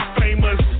famous